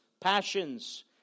passions